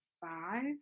five